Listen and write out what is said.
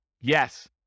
Yes